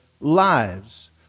lives